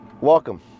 Welcome